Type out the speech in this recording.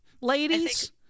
ladies